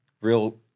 real